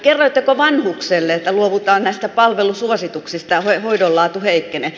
kerroitteko vanhukselle että luovutaan näistä palvelusuosituksista ja hoidon laatu heikkenee